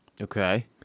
Okay